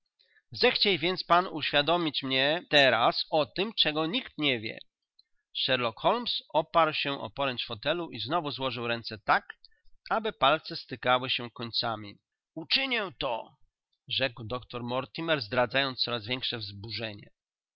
zechciej więc pan uwiadomić mnie teraz o tem czego nikt nie wie sherlock holmes oparł się o poręcz fotelu i znowu złożył ręce tak aby palce stykały się końcami uczynię to rzekł doktor mortimer zdradzając coraz większe wzburzenie